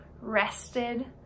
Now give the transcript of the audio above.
rested